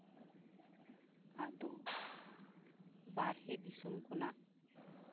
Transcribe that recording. ᱟᱫᱚ ᱵᱟᱨᱦᱮ ᱫᱤᱥᱚᱢ ᱠᱷᱚᱱᱟᱜ